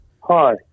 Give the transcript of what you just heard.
hi